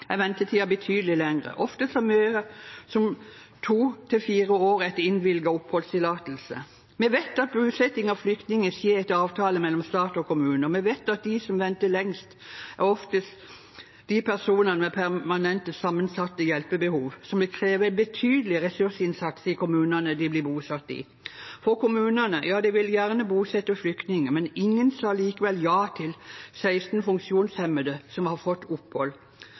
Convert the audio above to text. er ventetiden betydelig lengre – ofte så mye som to til fire år etter innvilget oppholdstillatelse. Vi vet at bosetting av flyktninger skjer etter avtale mellom stat og kommune, og vi vet at de som venter lengst, oftest er de personene som har permanente sammensatte hjelpebehov, noe som vil kreve betydelig ressursinnsats i kommunene de blir bosatt i. Kommunene vil gjerne bosette flyktninger, men ingen sa likevel ja til 16 funksjonshemmede som har fått